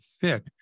fit